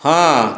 ହଁ